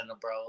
bro